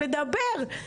לדבר,